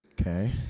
Okay